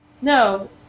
No